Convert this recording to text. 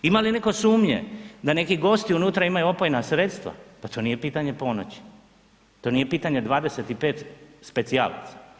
Ima li netko sumnje da neki gosti unutra imaju opojna sredstva, pa to nije pitanje ponoći, to nije pitanje 25 specijalaca.